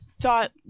thought